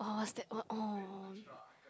!wah! it was that one oh